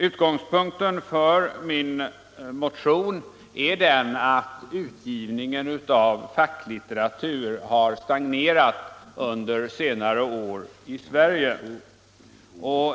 Utgångspunkten för min motion är att utgivningen av facklitteratur har stagnerat i Sverige under senare år.